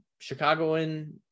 Chicagoan